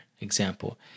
example